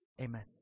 Amen